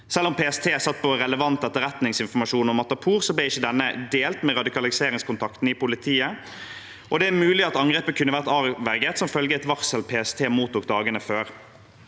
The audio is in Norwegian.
Selv om PST satt på relevant etterretningsinformasjon om Matapour, ble ikke denne delt med radikaliseringskontakten i politiet. Det er mulig at angrepet kunne vært avverget som følge av et varsel PST mottok i dagene før.